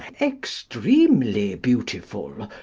extremely beautiful.